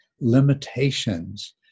limitations